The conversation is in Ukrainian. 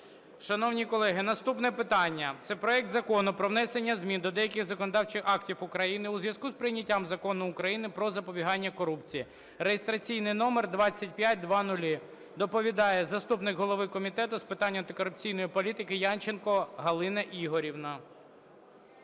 Шановні колеги, наступне питання. Це проект Закону про внесення змін до деяких законодавчих актів України у зв'язку з прийняттям Закону України "Про запобігання корупції" (реєстраційний номер 2500). Доповідає заступник голови Комітету з питань антикорупційної політики Янченко Галина Ігорівна.